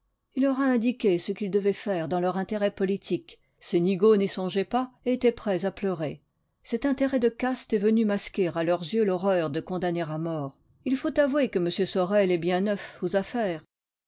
il leur a indiqué ce qu'ils devaient faire dans leur intérêt politique ces nigauds n'y songeaient pas et étaient prêts à pleurer cet intérêt de caste est venu masquer à leurs yeux l'horreur de condamner à mort il faut avouer que m sorel est bien neuf aux affaires